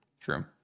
true